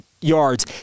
yards